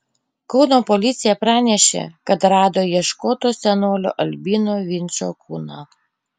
kauno policija pranešė kad rado ieškoto senolio albino vinčo kūną